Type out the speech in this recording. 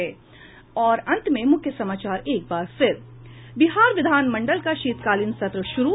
और अब अंत में मुख्य समाचार एक बार फिर बिहार विधानमंडल का शीतकालीन सत्र शुरू